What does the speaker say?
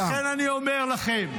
בוא